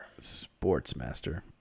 Sportsmaster